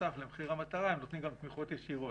שבנוסף למחיר המטרה הם נותנים גם תמיכות ישירות.